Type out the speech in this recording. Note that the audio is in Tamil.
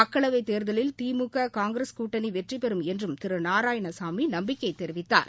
மக்களவைத் தேர்தலில் திமுக காங்கிரஸ் கூட்டணி வெற்றிபெறும் என்றும் திரு நாராயணகாமி நம்பிக்கை தெரிவித்தார்